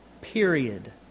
period